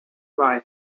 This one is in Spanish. bay